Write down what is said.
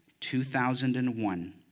2001